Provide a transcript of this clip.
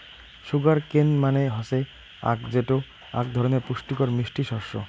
sugar cane মানে হসে আখ যেটো আক ধরণের পুষ্টিকর মিষ্টি শস্য